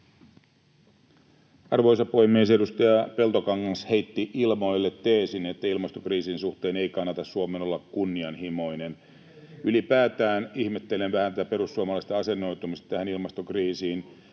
Arvoisa puhemies! Edustaja Peltokangas heitti ilmoille teesin, että ilmastokriisin suhteen ei kannata Suomen olla kunnianhimoinen. [Mauri Peltokangas pyytää vastauspuheenvuoroa] Ylipäätään ihmettelen vähän tätä perussuomalaisten asennoitumista tähän ilmastokriisiin